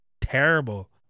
terrible